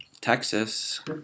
Texas